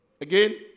Again